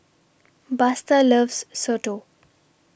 Buster loves Soto